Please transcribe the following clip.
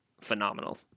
phenomenal